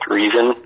reason